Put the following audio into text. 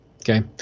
Okay